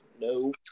No